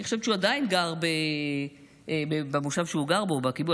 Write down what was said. אני חושבת שהוא עדיין גר במושב שהוא גר בו או בקיבוץ,